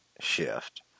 shift